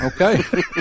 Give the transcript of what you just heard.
Okay